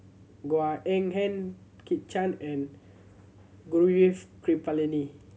Goh Eng Han Kit Chan and Gaurav Kripalani